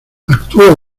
actúa